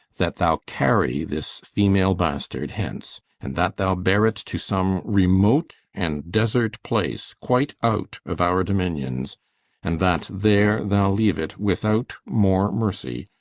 that thou carry this female bastard hence and that thou bear it to some remote and desert place, quite out of our dominions and that there thou leave it, without more mercy,